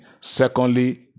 secondly